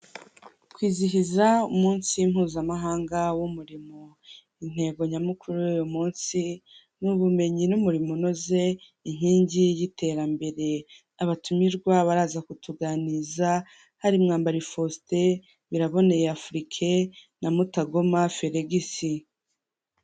Kwizihiza umunsi mpuzamahanga w'umurimo, intego nyamukuru y'uyu munsi ni ubumenyi n'umurimo unoze inkingi y'iterambere, abatumirwa baraza kutuganiriza hari Mwambari Faustin, Biraboneye Afriue na Mutagoma Felixe.